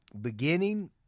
beginning